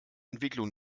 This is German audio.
entwicklung